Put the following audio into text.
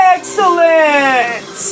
Excellent